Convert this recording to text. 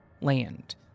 land